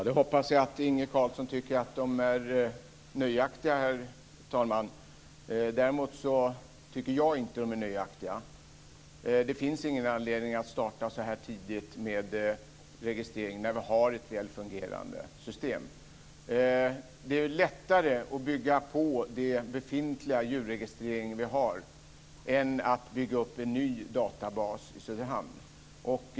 Herr talman! Ja, jag hoppas att Inge Carlsson tycker att de är nöjaktiga. Däremot tycker inte jag att de är nöjaktiga. Det finns ingen anledning att starta så här tidigt med registreringen när vi har ett väl fungerande system. Det är lättare att bygga på vår befintliga djurregistrering än att bygga upp en ny databas i Söderhamn.